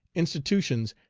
institutions,